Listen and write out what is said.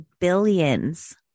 billions